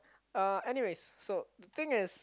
uh anyways so the thing is